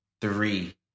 three